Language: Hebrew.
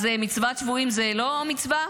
אז מצוות שבויים זה לא מצווה?